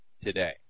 today